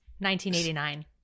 1989